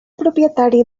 propietari